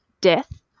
death